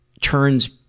turns